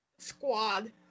squad